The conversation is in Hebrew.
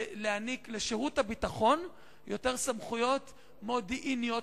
הוא להעניק לשירות הביטחון יותר סמכויות מודיעיניות,